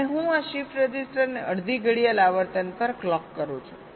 અને હું આ શિફ્ટ રજિસ્ટરને અડધી ઘડિયાળ આવર્તન પર ક્લોક કરું છું